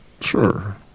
Sure